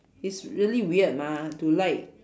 it's really weird mah to like